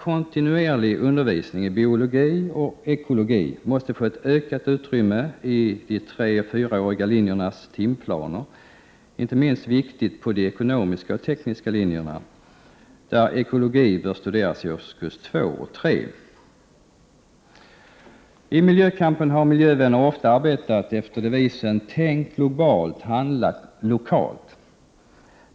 kontinuerlig undervisning i biologi och ekologi måste få ett ökat utrymme på de 3 och 4-åriga linjernas timplaner. Inte minst viktigt är det på de ekonomiska och tekniska linjerna, där ekologi bör studeras i årskurserna 2 och 3. I miljökampen har miljövänner ofta arbetat efter devisen: Tänk globalt — handla lokalt!